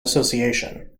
association